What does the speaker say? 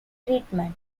treatment